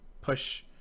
push